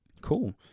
Cool